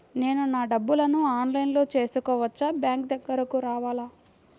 నేను నా డబ్బులను ఆన్లైన్లో చేసుకోవచ్చా? బ్యాంక్ దగ్గరకు రావాలా?